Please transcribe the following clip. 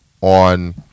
on